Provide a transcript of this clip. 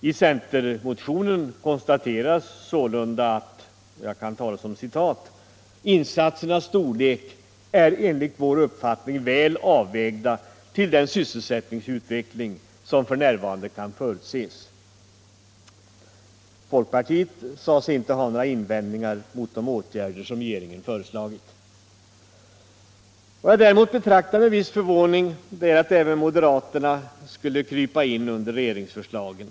I centermotionen konstateras sålunda: ”Insatsernas storlek är enligt vår uppfattning väl avvägda till den sysselsättningsutveckling som för närvarande kan förutses.” Folkpartiet sade sig inte heller ha några invändningar mot de åtgärder som regeringen föreslagit. Vad jag däremot betraktar med viss förvåning är att även moderaterna kröp in under regeringsförslaget.